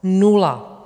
Nula.